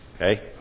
Okay